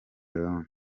leone